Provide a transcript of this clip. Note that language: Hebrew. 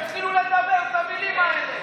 תתחילו לדבר במילים האלה.